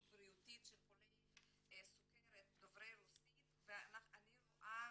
בריאותית של חולי סוכרת דוברי רוסית ואני רואה